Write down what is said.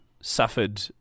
suffered